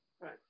Right